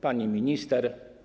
Pani Minister!